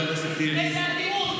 איזו אטימות.